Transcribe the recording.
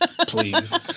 Please